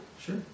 sure